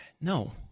No